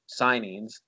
signings